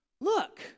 look